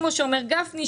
כמו שאומר גפני,